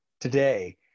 today –